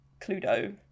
Cluedo